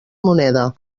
moneda